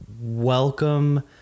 welcome